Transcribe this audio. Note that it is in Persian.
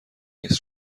عکس